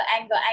anger